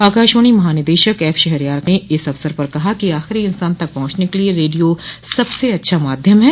आकाशवाणी महानिदेशक एफ शहरयार ने इस अवसर पर कहा कि आखिरी इंसान तक पहुंचने के लिये रेडियो सबसे अच्छा माध्यम है